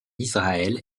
israël